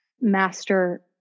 master